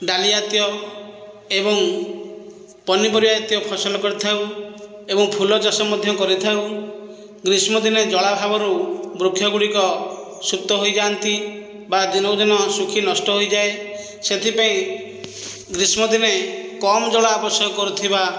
ଡାଲି ଜାତୀୟ ଏବଂ ପନିପରିବା ଜାତୀୟ ଫସଲ କରିଥାଉ ଏବଂ ଫୁଲ ଚାଷ ମଧ୍ୟ କରିଥାଉ ଗ୍ରୀଷ୍ମଦିନେ ଜଳାଭାବରୁ ବୃକ୍ଷ ଗୁଡ଼ିକ ସୁପ୍ତ ହୋଇଯାନ୍ତି ବା ଦିନକୁ ଦିନ ଶୁଖି ନଷ୍ଟ ହୋଇଯାଏ ସେଥିପାଇଁ ଗ୍ରୀଷ୍ମଦିନେ କମ ଜଳ ଆବଶ୍ୟକ କରୁଥିବା